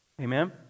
Amen